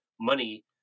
money